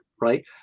right